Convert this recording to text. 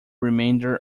remainder